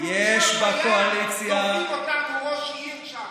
אפילו ראש עיר שם.